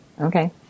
Okay